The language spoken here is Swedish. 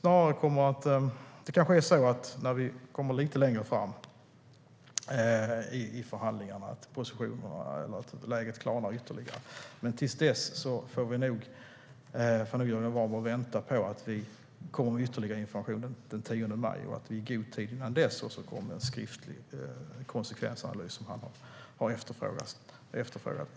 När vi kommer lite längre fram i förhandlingarna kanske positionerna och läget klarnar ytterligare. Men till dess får nog Jörgen Warborn vänta på att vi kommer med ytterligare information, vilket ska ske den 10 maj, och att vi i god tid innan dess kommer med en skriftlig konsekvensanalys, vilket han har efterfrågat.